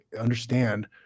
understand